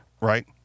right